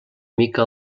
mica